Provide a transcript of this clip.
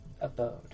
abode